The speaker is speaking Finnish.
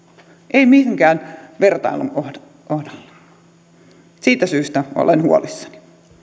ei minkään vertailun kohdalla siitä syystä olen huolissani